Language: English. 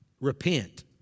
Repent